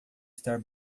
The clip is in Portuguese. estar